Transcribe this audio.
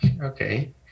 okay